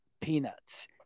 peanuts